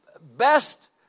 best